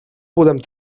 podem